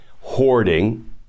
hoarding